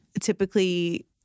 typically